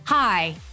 Hi